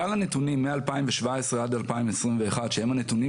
כלל הנתונים מ-2017 עד 2021 שהם הנתונים